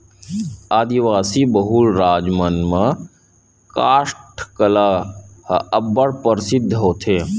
आदिवासी बहुल राज मन म कास्ठ कला ह अब्बड़ परसिद्ध होथे